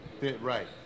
Right